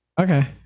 Okay